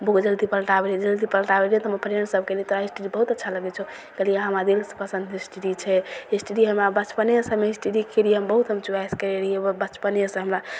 बहुत जल्दी पलटाबै रहिए पलटाबै रहिए तऽ हमर फ्रेण्ड सभ कहै रहै तोहरा हिस्ट्री बहुत अच्छा लगै छौ कहलिए हमरा दिलसे पसन्द हिस्ट्री छै हिस्ट्री हमरा बचपनेसे हम हिस्ट्रीके लिए हम बहुत हम च्वाइस करै रहिए बचपनेसे हमरा